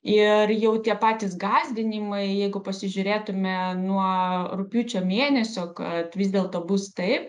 ir jau tie patys gąsdinimai jeigu pasižiūrėtume nuo rugpjūčio mėnesio kad vis dėlto bus taip